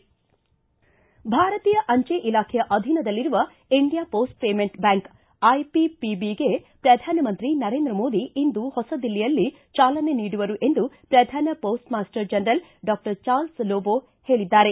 ಭಾರತೀಯ ಅಂಚೆ ಇಲಾಖೆಯ ಅಧೀನದಲ್ಲಿರುವ India Post payment bank IPPB ಗೆ ಪ್ರಧಾನಮಂತ್ರಿ ನರೇಂದ್ರ ಮೋದಿ ಇಂದು ಹೊಸ ದಿಲ್ಲಿಯಲ್ಲಿ ಜಾಲನೆ ನೀಡುವರು ಎಂದು ಪ್ರಧಾನ postmaster general doctor Charles Lobo ಹೇಳಿದ್ದಾರೆ